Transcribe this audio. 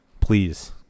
Please